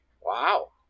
Wow